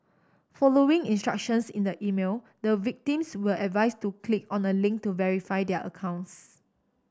following instructions in the email the victims were advised to click on a link to verify their accounts